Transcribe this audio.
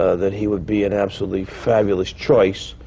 ah that he would be an absolutely fabulous choice,